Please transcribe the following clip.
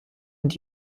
und